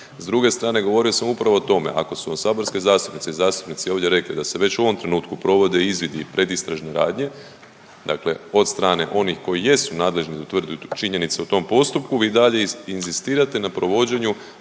S druge strane govorio sam upravo o tome ako su vam saborske zastupnice i zastupnici ovdje rekli da se već u ovom trenutku provode izvidi i predistražne radnje dakle od strane onih koji jesu nadležni utvrditi činjenice u tom postupku vi i dalje inzistirate na provođenju